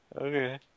Okay